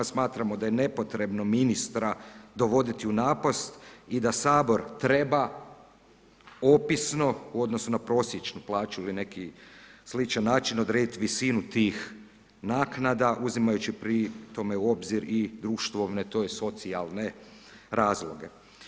Smatramo da je nepotrebno ministra dovoditi u napast i da Sabor treba opisno u odnosu na prosječnu plaću ili neki sličan način odrediti visinu tih naknada uzimajući pri tome u obzir i društvovne tj. socijalne razloge.